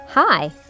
Hi